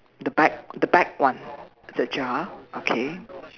the back the back one ajar okay